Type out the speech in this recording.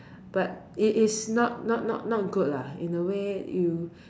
but it it's not not not not good lah in a way you